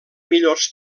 millors